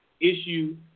issue